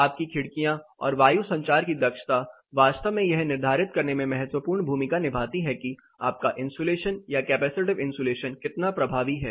आपकी खिड़कियां और वायु संचार की दक्षता वास्तव में यह निर्धारित करने में महत्वपूर्ण भूमिका निभाती हैं कि आपका इन्सुलेशन या कैपेसिटिव इन्सुलेशन कितना प्रभावी है